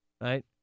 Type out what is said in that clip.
right